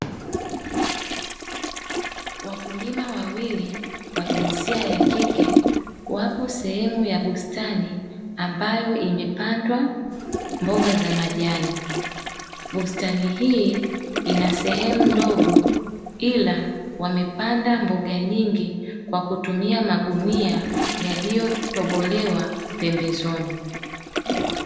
Wakulima wawili wa jinsia ya kike wapo sehemu ya bustani ambayo imepandwa mboga za majani, bustani hii ina sehemu ndogo ila wamepanda mboga nyingi kwa kutumia magunia yaliyo tobolewa pembezoni.